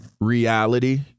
reality